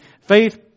Faith